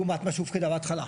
לעומת מה שהופקדה בהתחלה.